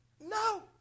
no